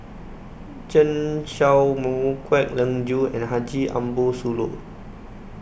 Chen Show Mao Kwek Leng Joo and Haji Ambo Sooloh